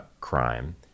crime